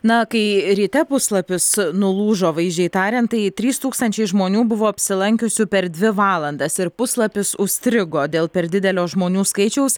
na kai ryte puslapis nulūžo vaizdžiai tariant tai trys tūkstančiai žmonių buvo apsilankiusių per dvi valandas ir puslapis užstrigo dėl per didelio žmonių skaičiaus